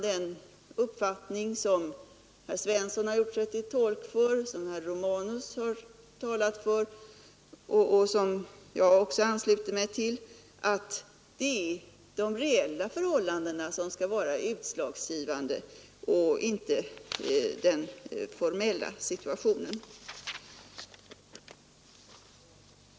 Den uppfattning som herr Svensson i Kungälv har gjort sig till tolk för, som herr Romanus har talat för och som också jag ansluter mig till är att de reella förhållandena skall vara utslagsgivande och inte den formella situationen.